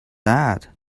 that